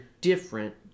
different